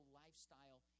lifestyle